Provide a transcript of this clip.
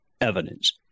evidence